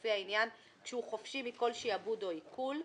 לפי העניין, כשהוא חופשי מכל שעבוד או עיקול".